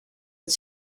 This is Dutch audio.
het